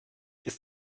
ist